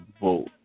vote